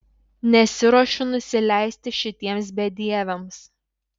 nesiruošiu nusileisti šitiems bedieviams